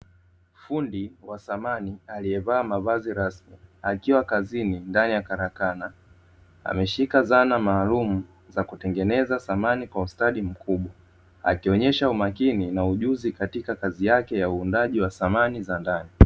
Fundi wa samani aliyevaa mavazi rasmi akiwa kazini ndani ya karakana, ameshika zana maalumu za kutengeneza samani kwa ustadi mkubwa akionyesha umakini na ujuzi katika kazi yake ya uundaji wa samani za ndani.